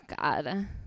God